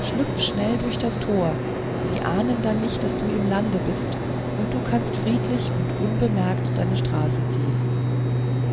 schlüpfe schnell durch das tor sie ahnen dann nicht daß du im lande bist und du kannst friedlich und unbemerkt deine straße ziehen